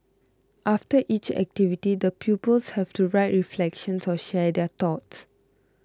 after each activity the pupils have to write reflections or share their thoughts